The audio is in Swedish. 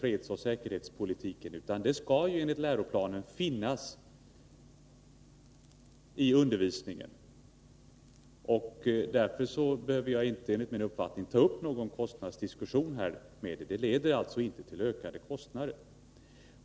Försvarsoch säkerhetspolitik skall enligt läroplanen ingå i undervisningen, och därför behöver jag enligt min uppfattning inte ta upp någon diskussion om kostnader. Detta leder alltså inte till ökade kostnader.